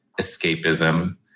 escapism